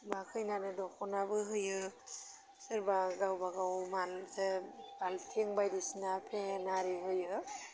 मा खैनानो आरो दख'नाबो होयो सोरबा गावबा गाव मालजों बालथिं बायदिसिना फेन आरि होयो